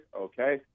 okay